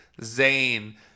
Zayn